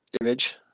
image